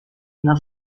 una